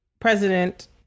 President